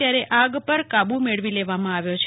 ત્યારે આગ પર કાબુ મેળવી લેવામાં આવ્યો છે